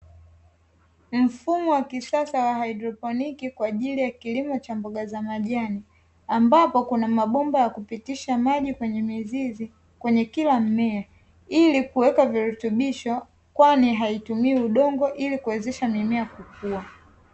Mfumo wa kisasa wa haidroponiki kwa ajili ya kilimo cha mboga za majani. Ambapo kuna mabomba ya kupitisha maji kwenye mzizi kwenye kila mmea ili kuweka virutubisho, kwani haitumii udongo ili kuwezesha mimea kukua.